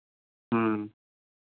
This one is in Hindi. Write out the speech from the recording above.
ह्म्म